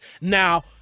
now